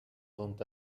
sont